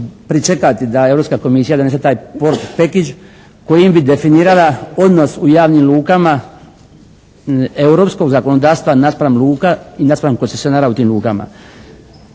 pričekati da Europska komisija donese taj "port package" kojim bi definirala odnos u javnim lukama europskoga zakonodavstva naspram luka i naspram koncesionara u tim lukama.